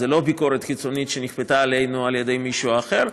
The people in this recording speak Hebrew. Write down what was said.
זאת לא ביקורת חיצונית שנכפתה עלינו על ידי מישהו אחר,